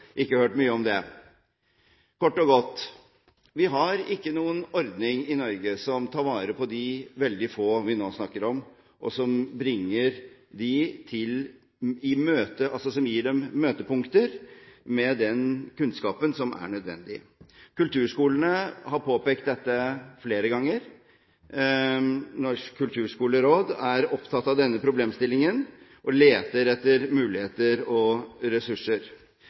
ikke hørt mye om det. Kort og godt: Vi har ikke noen ordning i Norge som tar vare på de veldig få vi nå snakker om, og som gir dem møtepunkter med den kunnskapen som er nødvendig. Kulturskolene har påpekt dette flere ganger. Norsk kulturskoleråd er opptatt av denne problemstillingen og leter etter muligheter og ressurser.